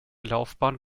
laufbahn